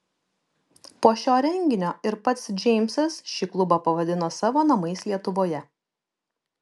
po šio renginio ir pats džeimsas šį klubą pavadino savo namais lietuvoje